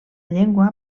llengua